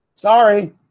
Sorry